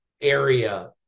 area